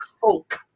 coke